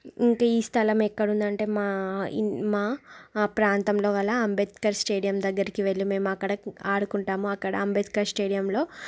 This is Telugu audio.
ఇంకా ఈ స్థలం ఎక్కడ ఉంది అంటే మా మా ప్రాంతంలో కల అంబేద్కర్ స్టేడియం దగ్గరికి వెళ్ళి మేము అక్కడ ఆడుకుంటాము అక్కడ అంబేద్కర్ స్టేడియంలో